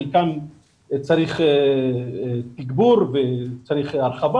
חלקן צריך תגבור והרחבה,